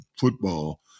football